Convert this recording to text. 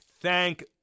Thank